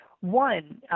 One